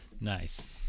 nice